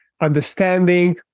understanding